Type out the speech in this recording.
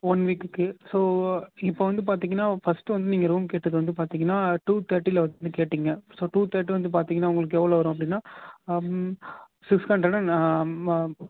one வீக்குக்கு so இப்போ வந்து பார்த்தீங்கன்னா ஃபஸ்ட்டு வந்து நீங்கள் ரூம் கேட்டது வந்து பார்த்தீங்கன்னா டூ தேர்ட்டியில் வந்து கேட்டீங்க ஸோ டூ தேர்ட்டி வந்து பார்த்தீங்கன்னா உங்களுக்கு எவ்வளோ வரும் அப்படின்னா ஆம் சிக்ஸ் ஹண்ட்ரடு அண்ட்